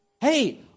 Hey